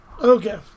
Okay